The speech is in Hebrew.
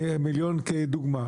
מיליון כדוגמה.